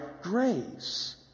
grace